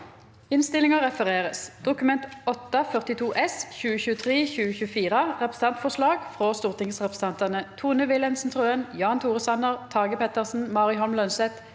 v e d t a k : Dokument 8:42 S (2023–2024) – Representantforslag fra stortingsrepresentantene Tone Wilhelmsen Trøen, Jan Tore Sanner, Tage Pettersen, Mari Holm Lønseth,